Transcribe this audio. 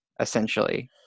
essentially